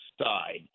side